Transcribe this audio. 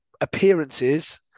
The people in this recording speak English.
appearances